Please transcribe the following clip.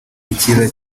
ikiza